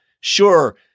sure